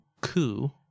coup